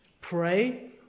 pray